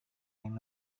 yang